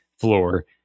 floor